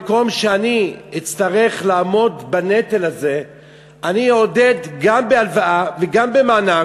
במקום שאני אצטרך לעמוד בנטל הזה אני אעודד גם בהלוואה וגם במענק,